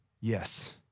Yes